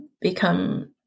become